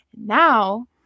Now